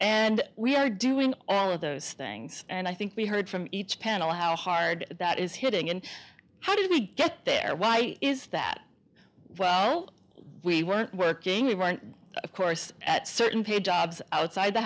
and we are doing all of those things and i think we heard from each panel how hard that is hitting and how do we get there why is that well we weren't working we weren't of course at certain paid jobs outside the